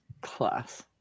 class